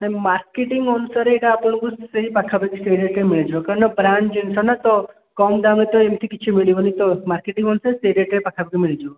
ନାଇଁ ମାର୍କେଟିଂ ଅନୁସାରେ ଏଇଟା ଆପଣଙ୍କୁ ସେହି ପାଖାପାଖି ସେଇ ରେଟ୍ରେ ମିଳିଯିବ କାରଣ ବ୍ରାଣ୍ଡ୍ ଜିନିଷ ନା ତ କମ୍ ଦାମ୍ରେ ତ ଏମିତି କିଛି ମିଳିବନି ତ ମାର୍କେଟିଂ ଅନୁସାରେ ସେ ରେଟ୍ ପାଖାପଖିରେ ମିଳିଯିବ